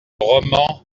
roman